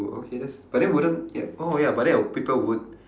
oh okay that's but then wouldn't yeah oh ya but then people would